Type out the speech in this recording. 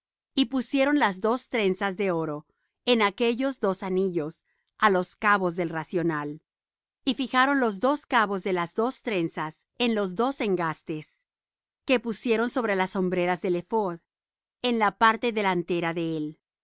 y pusieron las dos trenzas de oro en aquellos dos anillos á los cabos del racional y fijaron los dos cabos de las dos trenzas en los dos engastes que pusieron sobre las hombreras del ephod en la parte delantera de él